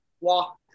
Walk